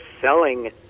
selling